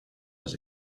was